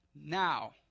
now